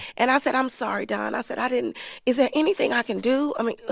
and i said, i'm sorry, dawn. i said, i didn't is there anything i can do? i mean,